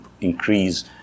increase